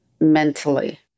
mentally